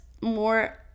more